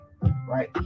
right